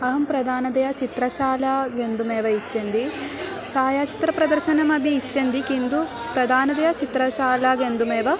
अहं प्रधानतया चित्रशालां गन्तुमेव इच्छन्ति छायाचित्रप्रदर्शनमपि इच्छन्ति किन्तु प्रधानतया चित्रशाला गन्तुमेव